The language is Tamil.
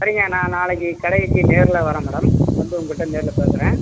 சரிங்க நான் நாளைக்கு கடைக்கு நேரில் வர்றேன் மேடம் வந்து உங்கள்ட்ட நேரில் பேசுகிறேன்